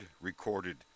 recorded